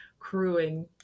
crewing